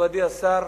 מכובדי השר,